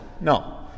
No